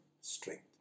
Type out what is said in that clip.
strength